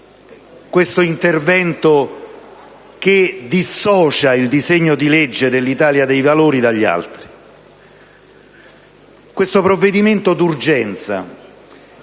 questo intervento che dissocia il disegno di legge dell'Italia dei Valori dagli altri, questa richiesta di